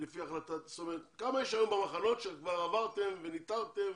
כלומר, כמה יש היום במחנות שכבר עברתם וניטרתם